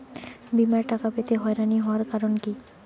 বিমার টাকা পেতে হয়রানি হওয়ার কারণ কি?